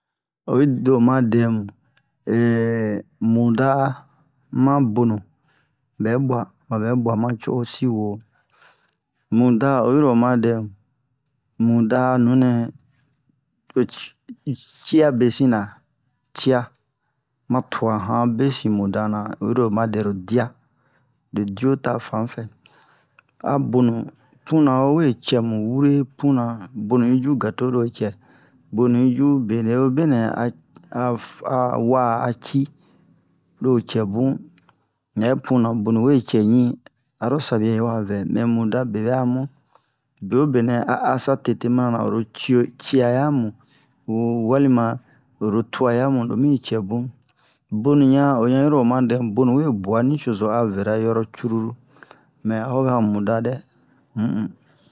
oyiro ma dɛmu muda ma bonu bɛ bua babɛ bua ma co'o siwo muda oyiro oma dɛmu muda'a nunɛ locio cia besina cia ma tua a han besina muda na oyiro ma dɛro dia lo dio ta fanfɛ a bonu puna howe cɛmu were puna bonu'i ju gateau lo cɛ bonu'i ju benɛ wo benɛ a af a wa'a aci lo cɛ bun hɛ puna bonu we cɛ ɲi aro sabia'i wa vɛ mɛ muda bebɛ'a mu bewobenɛ a asa tete mana na oro cio cia yamu wo walima oro tua yamu lomi cɛmu bonu ɲa oɲa'iro oma dɛmu bonu we bua nicozo avɛra yoro cruru mɛ hobɛ'a muda dɛ um